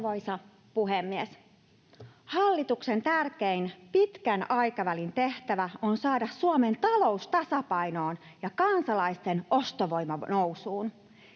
Arvoisa puhemies! Hallituksen tärkein pitkän aikavälin tehtävä on saada Suomen talous tasapainoon ja kansalaisten ostovoima nousuun.